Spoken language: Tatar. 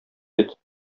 бит